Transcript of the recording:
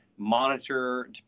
monitor